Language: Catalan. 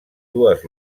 dues